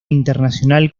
internacional